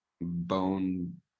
bone